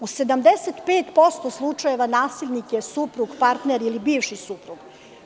U 75% slučajeva nasilnik je suprug, partner ili bivši suprug.